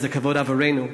וזה כבוד עבורנו.